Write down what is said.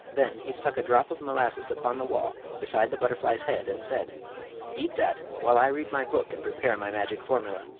then he stuck a drop of molasses upon the wall beside the butterfly's head and said eat that, while i read my book and prepare my magic formula.